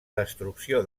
destrucció